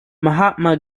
mahatma